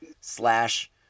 slash